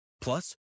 Plus